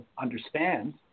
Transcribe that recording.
understand